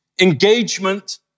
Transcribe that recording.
Engagement